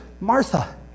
Martha